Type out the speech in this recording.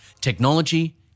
Technology